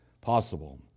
possible